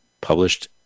published